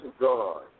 God